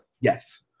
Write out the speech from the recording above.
Yes